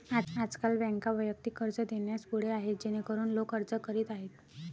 आजकाल बँका वैयक्तिक कर्ज देण्यास पुढे आहेत जेणेकरून लोक अर्ज करीत आहेत